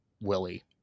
Willie